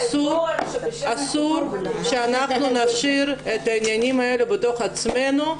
אסור שאנחנו נשאיר את העניינים האלה בתוך עצמנו,